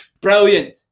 Brilliant